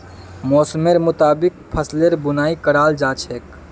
मौसमेर मुताबिक फसलेर बुनाई कराल जा छेक